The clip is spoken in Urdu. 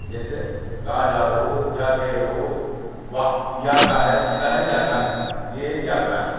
جیسے کہاں جارہو کیا کہہ رہو وا یا کا ہے اس کا ہے یا کا ہے